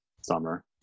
summer